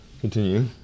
Continue